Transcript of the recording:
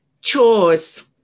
chores